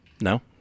No